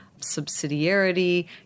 subsidiarity